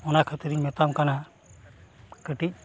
ᱚᱱᱟ ᱠᱷᱟᱹᱛᱤᱨ ᱤᱧ ᱢᱮᱛᱟᱢ ᱠᱟᱱᱟ ᱠᱟᱹᱴᱤᱡ